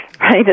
right